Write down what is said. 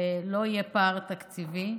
ולא יהיה פער תקציבי,